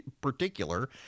particular